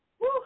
Woo